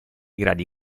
gradi